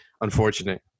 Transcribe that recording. unfortunate